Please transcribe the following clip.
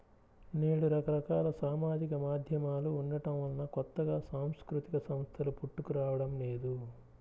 నేడు రకరకాల సామాజిక మాధ్యమాలు ఉండటం వలన కొత్తగా సాంస్కృతిక సంస్థలు పుట్టుకురావడం లేదు